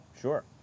Sure